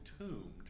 entombed